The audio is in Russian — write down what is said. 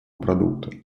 продукта